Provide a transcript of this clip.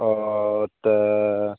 ओ तऽ